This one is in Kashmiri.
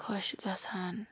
خوش گَژھان